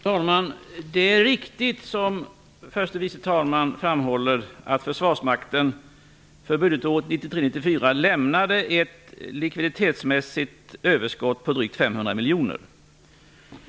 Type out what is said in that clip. Fru talman! Det är riktigt som förste vice talman framhåller, att Försvarsmakten för budgetåret 1993/94 miljoner.